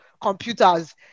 computers